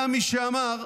היה מי שאמר: